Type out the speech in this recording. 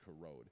corrode